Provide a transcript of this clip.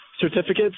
certificates